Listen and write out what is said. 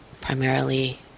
primarily